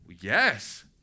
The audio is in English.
Yes